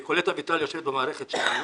וקולט אביטל יושבת במערכת שלנו,